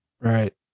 Right